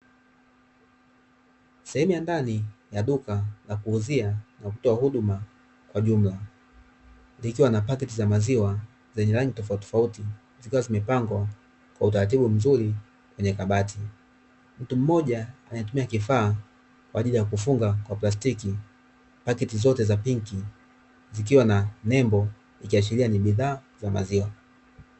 Sehemu ya ndani ya duka la kuuzia na kutoa huduma kwa jumla, likiwa na paketi za maziwa zenye rangi tofauti tofauti zikiwa zimepangwa kwa utaratibu mzuri kwenye kabati. Mtu mmoja anayetumia kifaa kwaajili ya kufunga kwa plastiki paketi zote za pinki zikiwa na nembo ikiashiria ni bidhaa za maziwa.